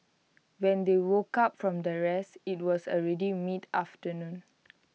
when they woke up from their rest IT was already mid afternoon